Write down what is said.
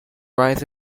rise